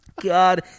God